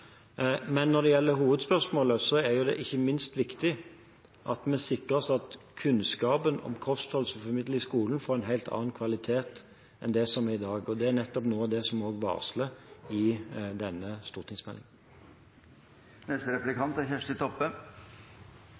Men når det gjelder hovedspørsmålet, er det ikke minst viktig at vi sikrer oss at formidlingen i skolen av kunnskapen om kosthold får en helt annen kvalitet enn den som er i dag, og det er nettopp det vi også varsler i denne